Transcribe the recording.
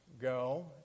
go